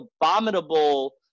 abominable